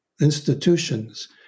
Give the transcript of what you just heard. institutions